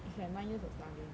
it's like nine years of studying